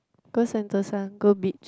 go Sentosa go beach